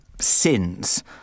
sins